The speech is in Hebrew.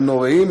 הם נוראים,